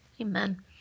Amen